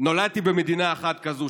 נולדתי במדינה אחת כזאת,